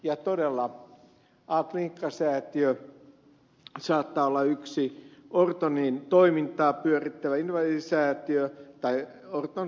ja todella a klinikka säätiö saattaa olla yksi orton invalidisäätiö toinen